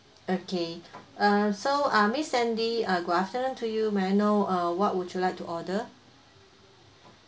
okay uh so ah miss sandy uh good afternoon to you may I know uh what would you like to order